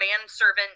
manservant